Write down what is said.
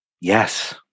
Yes